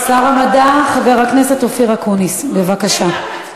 שר המדע חבר הכנסת אופיר אקוניס, בבקשה.